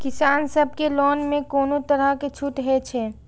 किसान सब के लोन में कोनो तरह के छूट हे छे?